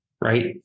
Right